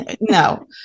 No